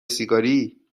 سیگاری